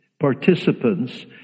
participants